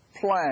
plan